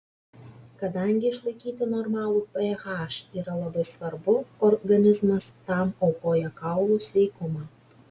kadangi išlaikyti normalų ph yra labai svarbu organizmas tam aukoja kaulų sveikumą